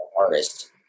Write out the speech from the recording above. artist